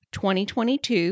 2022